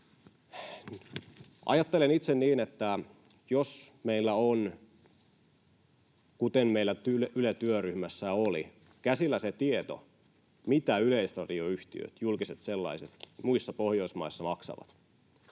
Ajattelen itse niin, että jos meillä on, kuten meillä Yle-työryhmässä oli, käsillä se tieto, mitä yleisradioyhtiöt, julkiset sellaiset, muissa Pohjoismaissa maksavat,